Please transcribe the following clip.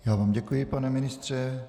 Já vám děkuji, pane ministře.